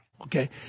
okay